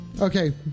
Okay